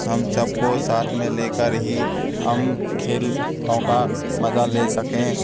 हम सब को साथ में लेकर ही हम खेलों का मज़ा ले सकें